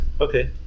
Okay